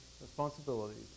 responsibilities